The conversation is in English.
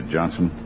Johnson